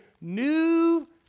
new